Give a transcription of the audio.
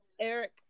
Eric